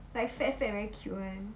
like fat fat very cute [one]